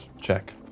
check